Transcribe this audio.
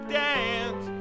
dance